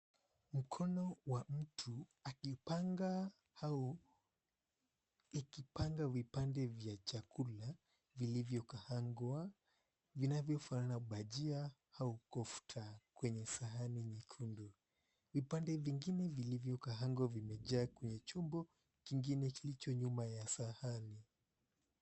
Mkono wa mtu akipanga au ikipanga vipande vya chakula vilivyokaangwa vinavyo fanana bajia au kofta kwenye sahani nyekundu, vipande vingine vilivyo kaangwa vimejaa kwenye chombo kingine kilicho nyuma ya sahani.